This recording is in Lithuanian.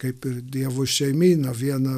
kaip ir dievo šeimyną vieną